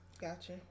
Gotcha